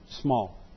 small